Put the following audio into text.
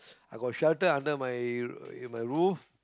I got shelter under my in my roof